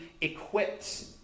equipped